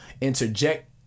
interject